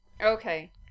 Okay